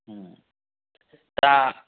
तर